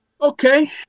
Okay